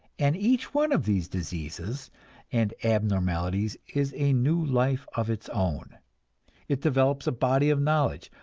and each one of these diseases and abnormalities is a new life of its own it develops a body of knowledge,